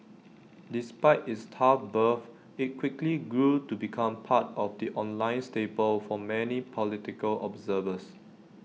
despite its tough birth IT quickly grew to become part of the online staple for many political observers